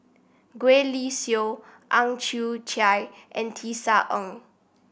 Gwee Li Sui Ang Chwee Chai and Tisa Ng